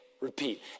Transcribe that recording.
repeat